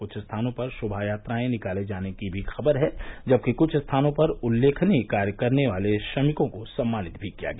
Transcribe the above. कृष्ठ स्थानों पर शोभायात्रायें निकाले जाने की भी खबर है जबकि कुछ स्थानों पर उल्लेखनीय कार्य करने वाले श्रमिकों को सम्मानित भी किया गया